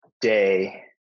day